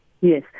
Yes